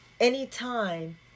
anytime